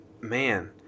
man